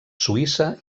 suïssa